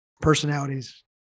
personalities